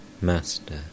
Master